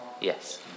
Yes